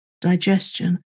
digestion